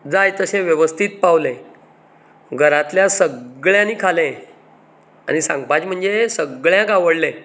जाय तशें वेवस्थीत पावलें घरांतल्या सगळ्यांनी खालें आनी सांगपाचें म्हणजें सगळ्यांक आवडलें